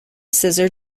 scissor